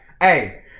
hey